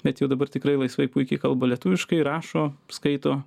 bet jau dabar tikrai laisvai puikiai kalba lietuviškai rašo skaito